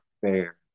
fair